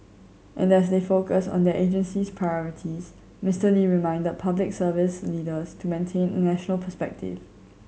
and as they focus on their agency's priorities Mister Lee reminded Public Service leaders to maintain a national perspective